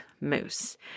moose